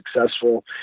successful